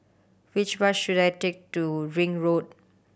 which bus should I take to Ring Road